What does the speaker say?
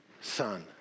son